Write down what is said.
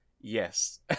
Yes